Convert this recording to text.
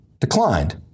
declined